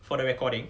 for the recording